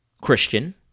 Christian